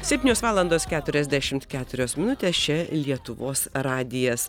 septynios valandos keturiasdešimt keturios minutės čia lietuvos radijas